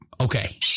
Okay